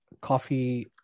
coffee